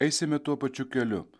eisime tuo pačiu keliu